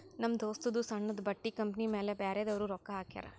ನಮ್ ದೋಸ್ತದೂ ಸಣ್ಣುದು ಬಟ್ಟಿ ಕಂಪನಿ ಮ್ಯಾಲ ಬ್ಯಾರೆದವ್ರು ರೊಕ್ಕಾ ಹಾಕ್ಯಾರ್